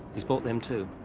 he's bought them too.